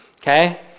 okay